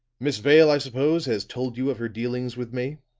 miss vale, i suppose, has told you of her dealings with me.